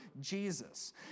Jesus